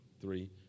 three